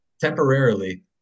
temporarily